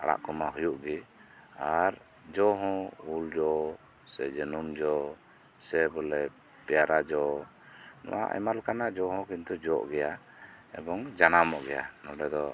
ᱟᱲᱟᱜ ᱠᱚᱢᱟ ᱦᱩᱭᱩᱜ ᱜᱤ ᱟᱨ ᱡᱚ ᱦᱚᱸ ᱩᱞᱡᱚ ᱥᱮ ᱡᱟᱹᱱᱩᱢ ᱡᱚ ᱥᱮ ᱵᱚᱞᱮ ᱯᱮᱭᱟᱨᱟ ᱡᱚ ᱱᱚᱣᱟ ᱟᱭᱢᱟ ᱞᱮᱠᱟᱱᱟᱜ ᱡᱚ ᱦᱚᱸ ᱵᱚᱞᱮ ᱡᱚᱜ ᱜᱮᱭᱟ ᱮᱵᱚᱝ ᱡᱟᱱᱟᱢᱚᱜ ᱜᱮᱭᱟ ᱱᱚᱸᱰᱮᱫᱚ